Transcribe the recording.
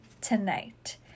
tonight